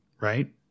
right